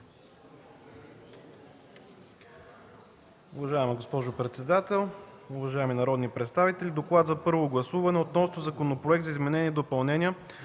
Уважаема госпожо председател, уважаеми народни представители! „ДОКЛАД за първо гласуване относно Законопроект за изменение и допълнение